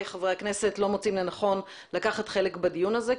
חברי הכנסת לא מוצאים לנכון לקחת חלק בדיון הזה.